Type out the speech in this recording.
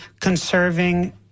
conserving